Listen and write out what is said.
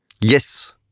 Yes